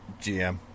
GM